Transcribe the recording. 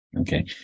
Okay